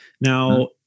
now